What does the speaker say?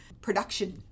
production